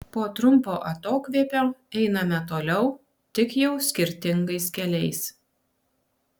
po trumpo atokvėpio einame toliau tik jau skirtingais keliais